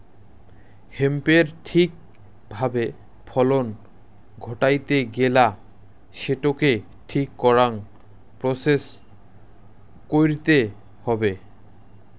হেম্পের ঠিক ভাবে ফলন ঘটাইতে গেলা সেটোকে ঠিক করাং প্রসেস কইরতে হবে